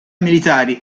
militari